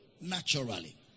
naturally